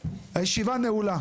הישיבה נעולה.